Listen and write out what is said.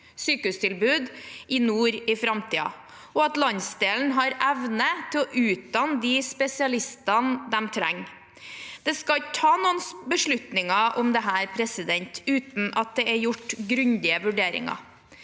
sykehustilbud i nord i framtiden, og at landsdelen har evne til å utdanne de spesialistene de trenger. Det skal ikke tas noen beslutninger om dette uten at det er gjort grundige vurderinger.